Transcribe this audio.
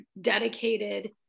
dedicated